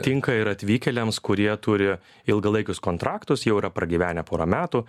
tinka ir atvykėliams kurie turi ilgalaikius kontraktus jau yra pragyvenę porą metų